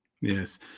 Yes